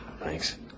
Thanks